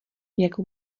jako